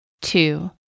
Two